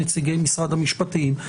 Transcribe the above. נציגי משרד המשפטים,